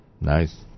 nice